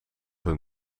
hun